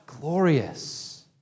glorious